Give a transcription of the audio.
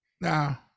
Now